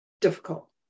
difficult